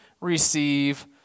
receive